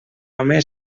home